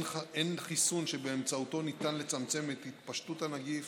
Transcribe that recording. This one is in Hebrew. אין חיסון שבאמצעותו ניתן לצמצם את התפשטות הנגיף